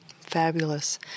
Fabulous